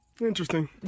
Interesting